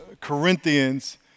Corinthians